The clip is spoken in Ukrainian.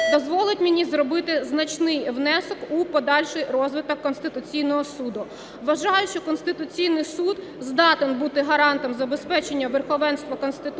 дозволить мені зробити значний внесок у подальший розвиток Конституційного Суду. Вважаю, що Конституційний Суд здатен бути гарантом забезпечення верховенства Конституції